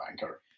banker